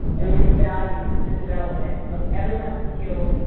and which value the development of everyone's skills,